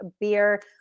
beer